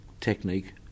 technique